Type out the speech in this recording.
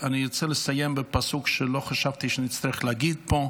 אני רוצה לסיים בפסוק שלא חשבתי שאצטרך להגיד פה.